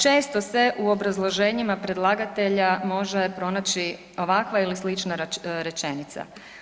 Često se u obrazloženjima predlagatelja može pronaći ovakva ili slična rečenica.